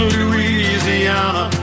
Louisiana